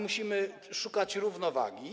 Musimy szukać równowagi.